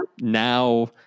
now